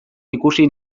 ikusi